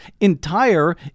entire